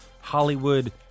Hollywood